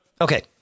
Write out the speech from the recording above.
Okay